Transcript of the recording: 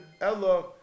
ella